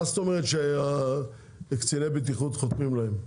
מה זאת אומרת קציני הבטיחות חותמים להם?